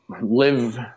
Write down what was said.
live